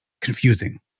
confusing